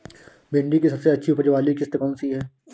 भिंडी की सबसे अच्छी उपज वाली किश्त कौन सी है?